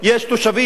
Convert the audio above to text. יש תושבים.